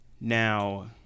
now